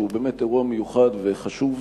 שהוא באמת אירוע מיוחד וחשוב,